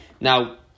Now